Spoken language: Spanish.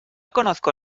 conozco